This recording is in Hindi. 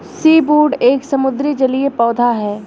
सीवूड एक समुद्री जलीय पौधा है